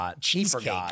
cheesecake